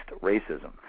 racism